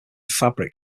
fabric